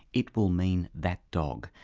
it will mean that dog,